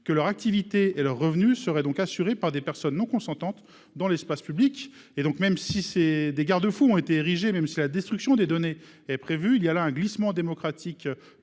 que leur activité et leurs revenus seraient donc assurés par des personnes non consentantes dans l'espace public. Même si des garde-fous sont érigés, même si la destruction des données est prévue, il y a là un glissement démocratique